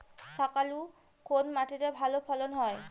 শাকালু কোন মাটিতে ভালো ফলন হয়?